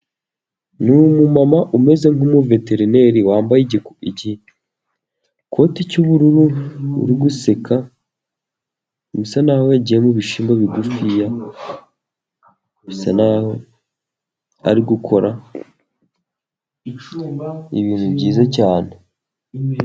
Ni umumama umeze nk'umuveterineri, wambaye igikoti cy'ubururu, uri guseka, bisa naho yagiye mu bishyimbo bigufuya, bisa n'aho ari gukora, ibi ni byiza cyane.